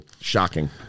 Shocking